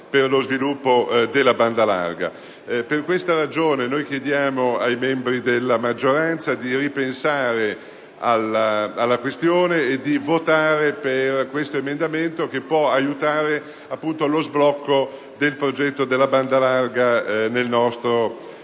Per questa ragione noi chiediamo ai membri della maggioranza di ripensare alla questione e di votare per questo emendamento che può aiutare lo sblocco del progetto della banda larga nel nostro Paese.